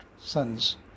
sons